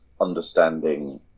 understanding